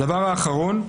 הדבר האחרון,